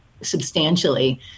substantially